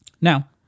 Now